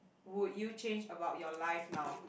would you change about your life now